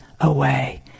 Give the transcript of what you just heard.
away